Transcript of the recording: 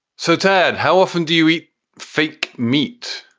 so, ted, how often do you eat fake meat?